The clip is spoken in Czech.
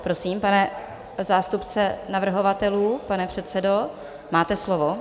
Prosím, pane zástupce navrhovatelů, pane předsedo, máte slovo.